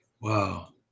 Wow